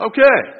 Okay